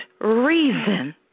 reason